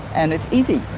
and it's easy.